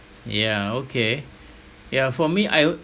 yeah okay ya for me I a~